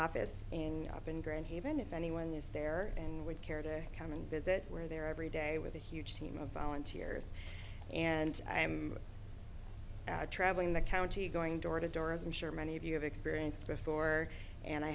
haven if anyone is there and would care to come and visit were there every day with a huge team of volunteers and i'm at traveling the county going door to door as i'm sure many of you have experienced before and i